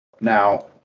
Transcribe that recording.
Now